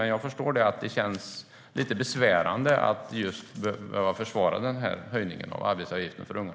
Men jag förstår att det känns lite besvärande för honom att behöva försvara höjningen av arbetsgivaravgiften för unga.